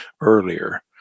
earlier